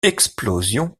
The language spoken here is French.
explosion